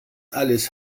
alles